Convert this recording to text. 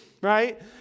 right